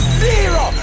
zero